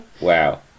Wow